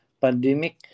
pandemic